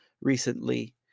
recently